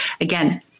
again